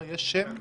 יש שם?